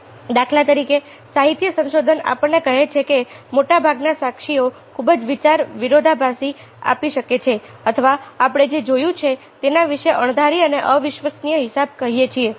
દાખલા તરીકે સાહિત્ય સંશોધન આપણને કહે છે કે મોટા ભાગના સાક્ષીઓ ખૂબ જ વિરોધાભાસી આપી શકે છે અથવા આપણે જે જોયું છે તેના વિશે અણધારી અને અવિશ્વસનીય હિસાબ કહીએ છીએ